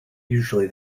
usually